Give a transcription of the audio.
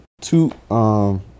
two